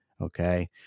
okay